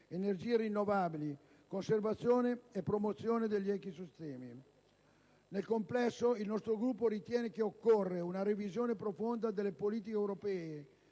energie rinnovabili, conservazione e promozione degli ecosistemi. Nel complesso, il nostro Gruppo ritiene che occorra una revisione profonda delle politiche europee